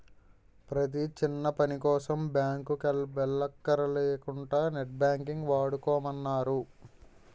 ప్రతీ చిన్నపనికోసం బాంకుకి వెల్లక్కర లేకుంటా నెట్ బాంకింగ్ వాడుకోమన్నారు